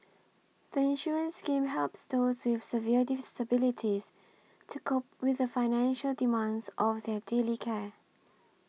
the insurance scheme helps those with severe disabilities to cope with the financial demands of their daily care